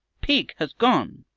pig has gone!